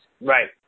Right